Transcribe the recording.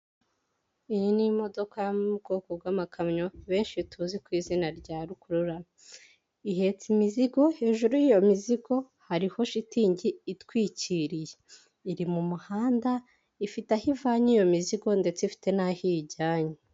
Iyi ni imodoka yo mu bwoko bw'amakamyo benshi tuzi ku izina rya rukururana, ihetse imizigo hejuru y'iyo mizigo hariho shitingi itwikiriye, iri mu muhanda ifite aho ivanye iyo mizigo ndetse ifite n'aho iyijyanye.